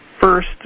First